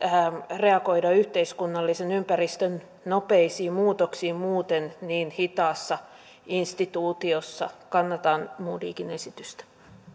reagoida yhteiskunnallisen ympäristön nopeisiin muutoksiin muuten niin hitaassa instituutiossa kannatan modigin esitystä